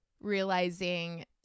realizing